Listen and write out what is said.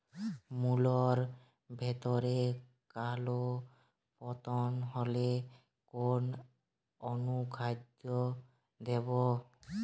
মুলোর ভেতরে কালো পচন হলে কোন অনুখাদ্য দেবো?